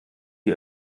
die